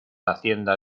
hacienda